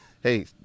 hey